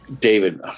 david